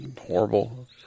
horrible